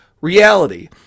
reality